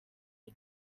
you